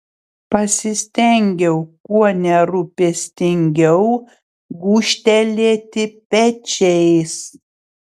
pasistengiau kuo nerūpestingiau gūžtelėti pečiais